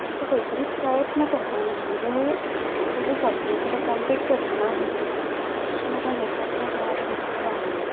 आमकां खंय तरी प्रयत्न करताना म्हणजे आपलें जें स्वप्न आसा तें कंम्प्लीट करतना दिसलो तेका लागोन हें पात्र जें आसा तें म्हाका खूब आवडलें